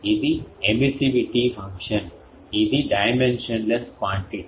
ఇది emissivity function ఇది dimensionless quantity